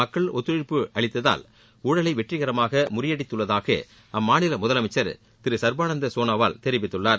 மக்கள் ஒத்துழைப்பு அளித்ததால் ஊழலை வெற்றிகரமாக முறியடித்துள்ளதாக அம்மாநில அசாமில் முதலமைச்சர் சர்பானந்த சோனாவால் தெரிவித்துள்ளார்